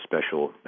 special